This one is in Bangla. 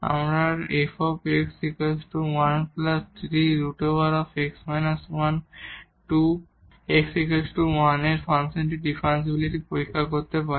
আমরা f 13√ x − 1 2 x 1 এর এই ফাংশনের ডিফারেনশিবিলিটি পরীক্ষা করতে পারি